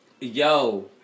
Yo